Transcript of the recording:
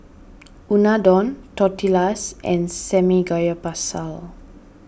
Unadon Tortillas and Samgyeopsal